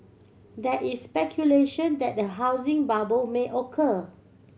there is speculation that a housing bubble may occur